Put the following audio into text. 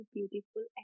Beautiful